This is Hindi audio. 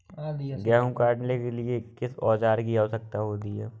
गेहूँ काटने के लिए किस औजार की आवश्यकता होती है?